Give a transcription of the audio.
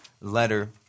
letter